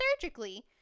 surgically